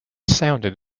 sounded